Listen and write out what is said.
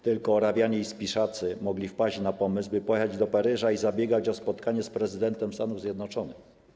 Tylko Orawianie i Spiszacy mogli wpaść na pomysł, by pojechać do Paryża i zabiegać o spotkanie z prezydentem Stanów Zjednoczonych.